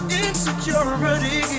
insecurity